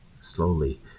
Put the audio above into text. Slowly